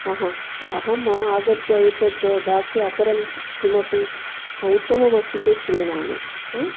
आहा अहम् आगत्य एतत् दास्य अपरं किमपि उत्तमम् अस्ति चेत् क्रीणामि हा